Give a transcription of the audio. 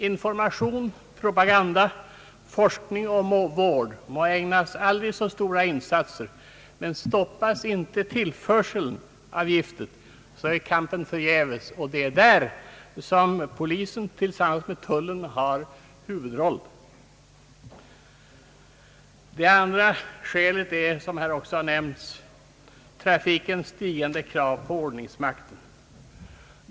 Information, propaganda, forskning och vård må ägnas aldrig så stora insatser, men stoppas inte tillförseln av giftet, är kampen förgäves. Det är där som polisen tillsammans med tullen har huvudrollen. Det andra skälet är, som också nämnts tidigare, trafikens stigande krav på ordningsmakten.